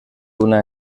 una